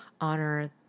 Honor